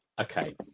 Okay